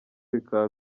bikaba